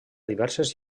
diverses